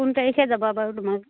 কোন তাৰিখে যাবা বাৰু তোমালোক